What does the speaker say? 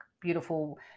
beautiful